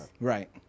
right